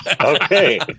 Okay